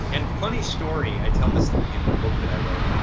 and funny story, i tell this in the in the book that i wrote.